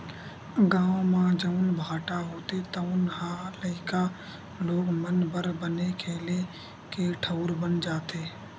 गाँव म जउन भाठा होथे तउन ह लइका लोग मन बर बने खेले के ठउर बन जाथे